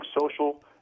social